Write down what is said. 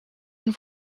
and